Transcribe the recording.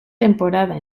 temporada